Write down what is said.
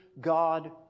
God